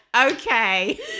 Okay